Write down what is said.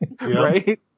Right